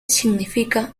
significa